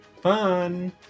Fun